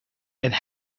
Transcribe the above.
and